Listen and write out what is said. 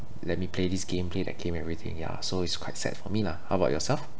let me play this game play that game everything ya so it's quite sad for me lah how about yourself